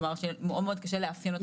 כלומר, מאוד מאוד קשה לאפיין אותם.